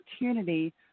opportunity